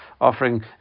offering